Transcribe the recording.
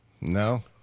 no